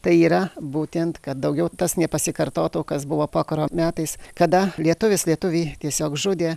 tai yra būtent kad daugiau tas nepasikartotų kas buvo pokario metais kada lietuvis lietuvį tiesiog žudė